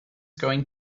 going